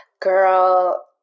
Girl